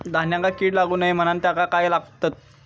धान्यांका कीड लागू नये म्हणून त्याका काय लावतत?